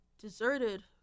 deserted